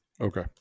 Okay